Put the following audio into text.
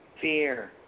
Fear